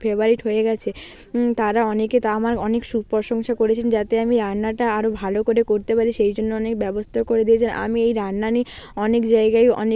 favourite হয়ে গেছে তারা অনেকে তা আমার অনেক সুপ্রশংসা করেছেন যাতে আমি রান্নাটা আরও ভালো করে করতে পারি সেই জন্য অনেক ব্যবস্থাও করে দিয়েছেন আমি এই রান্না নিয়ে অনেক জায়গায় অনেক